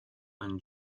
and